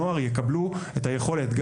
נוער יקבלו את היכולת.